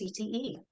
CTE